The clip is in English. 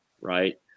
right